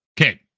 okay